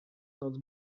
noc